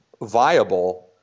viable